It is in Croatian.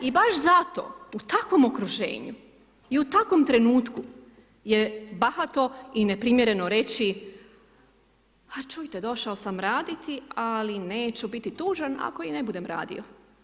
I baš zato u takvom okruženju i u takvom trenutku je bahato i neprimjereno reći a čujte, došao sam raditi ali neću biti tužan ako i ne budem radio.